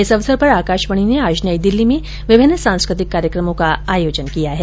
इस अवसर पर आकाशवाणी ने आज नई दिल्ली में विभिन्न सांस्कृतिक कार्यक्रमों का आयोजन किया है